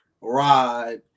ride